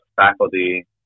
faculty